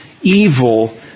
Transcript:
evil